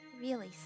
really